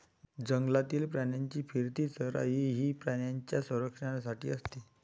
जंगलातील प्राण्यांची फिरती चराई ही प्राण्यांच्या संरक्षणासाठी असते